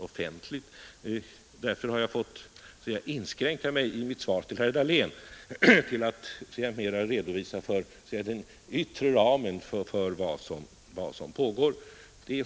Jag har därför i mitt svar till herr Dahlén fått inskränka mig till att mera redovisa den yttre ramen för vad som pågår.